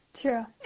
True